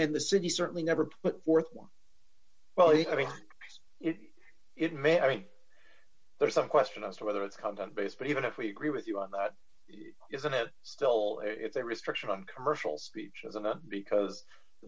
and the city certainly never put forth one well even if it may i think there's some question as to whether it's content based but even if we agree with you on that isn't it still it's a restriction on commercial speech as an a because the